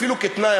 אפילו כתנאי,